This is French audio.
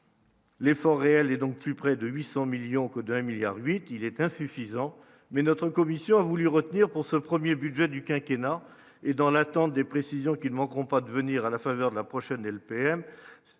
L'effort réel et donc plus près de 800 millions que d'1 milliard 8 il est insuffisant, mais notre commission a voulu retenir pour ce 1er budget du quinquennat et dans l'attente des précisions qui ne manqueront pas de venir à la faveur de la prochaine LPM,